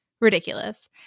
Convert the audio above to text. Ridiculous